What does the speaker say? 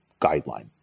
guideline